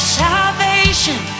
salvation